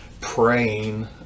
praying